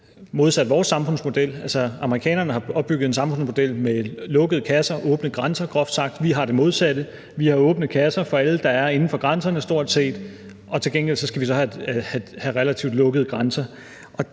modsat vores samfundsmodel. Amerikanerne har opbygget en samfundsmodel med lukkede kasser og åbne grænser, groft sagt. Vi har det modsatte. Vi har åbne kasser for stort set alle, der er inden for grænserne, og til gengæld skal vi have relativt lukkede grænser.